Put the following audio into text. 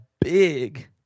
big